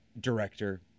director